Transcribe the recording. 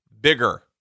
bigger